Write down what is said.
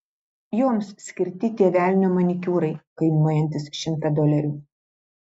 joms skirti tie velnio manikiūrai kainuojantys šimtą dolerių